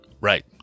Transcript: right